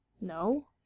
No